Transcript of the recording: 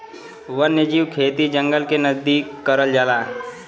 वन्यजीव खेती जंगल के नजदीक करल जाला